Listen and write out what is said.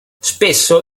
spesso